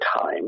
time